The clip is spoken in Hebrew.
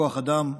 כוח אדם,